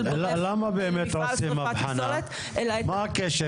מה הקשר